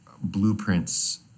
blueprints